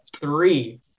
three